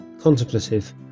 contemplative